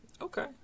okay